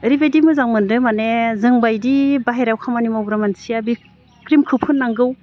ओरैबायदि मोजां मोन्दों माने जोंबायदि बाहेराव खामानि मावग्रा मानसिया बे क्रिमखौ फोननांगौ